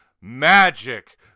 magic